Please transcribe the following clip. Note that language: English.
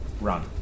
Run